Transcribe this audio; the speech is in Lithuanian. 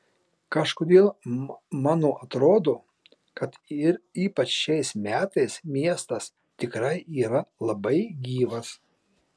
kažkodėl mano atrodo kad ypač šiais metais miestas tikrai yra labai gyvas